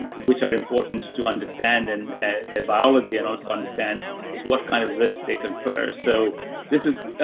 which are important to understand and their biology and also understand what kind of risk they confer. so this is,